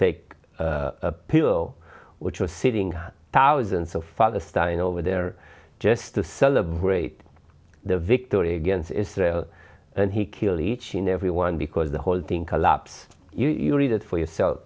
take a pill which was sitting thousands of father standing over there just to celebrate the victory against israel and he kill each and every one because the whole thing collapsed you read it for yourself